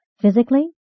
physically